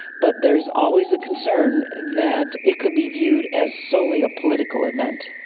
but there's always a concern that it could be viewed as solely a political event.